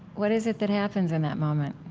what is it that happens in that moment?